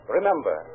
Remember